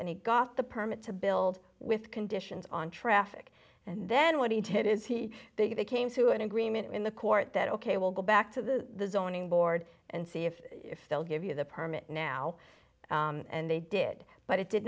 and he got the permit to build with conditions on traffic and then what he did is he they they came to an agreement in the court that ok we'll go back to the zoning board and see if they'll give you the permit now and they did but it did